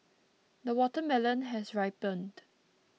the watermelon has ripened